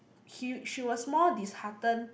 he she was more dishearten